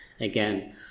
again